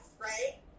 right